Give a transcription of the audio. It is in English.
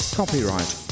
Copyright